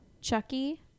Chucky